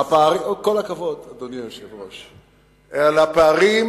עם כל הכבוד, אדוני היושב-ראש, לפערים